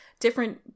Different